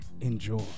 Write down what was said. Enjoy